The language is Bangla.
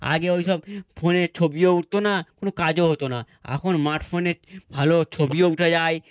আগে ওই সব ফোনে ছবিও উঠত না কোনো কাজও হতো না এখন স্মার্ট ফোনে ভালো ছবিও উঠে যায়